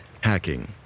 hacking